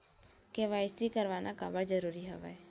KYC करवाना काबर जरूरी हवय?